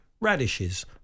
radishes